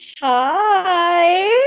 Hi